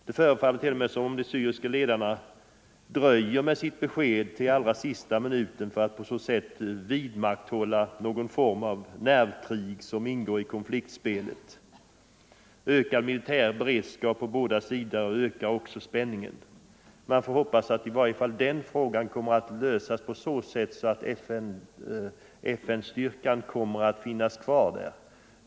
Det förefaller t.o.m. som om de syriska ledarna dröjer med sitt besked till sista minuten för att på så sätt vidmakthålla någon form av nervkrig som ingår i konfliktspelet. Ökad militär beredskap på båda sidor ökar också spänningen. Man får hoppas att frågan i varje fall kommer att lösas på så sätt att FN-styrkan blir kvar.